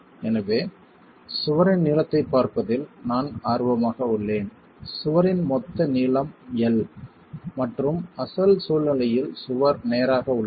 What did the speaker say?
எனவே சுவரின் நீளத்தைப் பார்ப்பதில் நான் ஆர்வமாக உள்ளேன் சுவரின் மொத்த நீளம் l மற்றும் அசல் சூழ்நிலையில் சுவர் நேராக உள்ளது